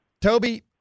Toby